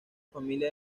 familia